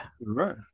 right